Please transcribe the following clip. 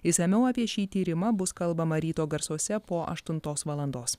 išsamiau apie šį tyrimą bus kalbama ryto garsuose po aštuntos valandos